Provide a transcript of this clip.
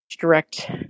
direct